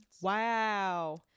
Wow